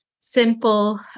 simple